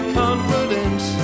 confidence